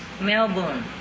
Melbourne